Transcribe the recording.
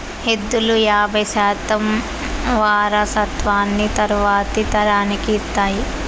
ఎద్దులు యాబై శాతం వారసత్వాన్ని తరువాతి తరానికి ఇస్తాయి